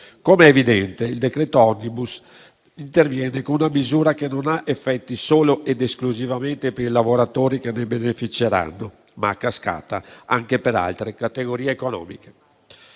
Com'è evidente, il decreto *omnibus* interviene con una misura che non ha effetti solo ed esclusivamente per i lavoratori che ne beneficeranno, ma, a cascata, anche per altre categorie economiche.